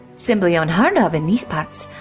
simply unheard of in these parts.